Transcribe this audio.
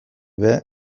ere